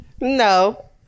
No